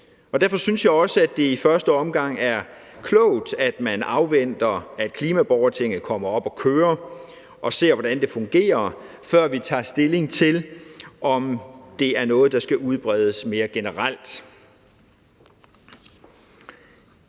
derfor synes jeg også, at det i første omgang er klogt, at man afventer, at klimaborgertinget kommer op at køre, og ser, hvordan det fungerer, før vi tager stilling til, om det er noget, der skal udbredes mere generelt.